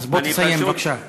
אז בוא תסיים, בבקשה.